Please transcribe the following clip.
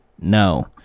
No